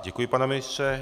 Děkuji, pane ministře.